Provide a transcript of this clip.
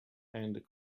and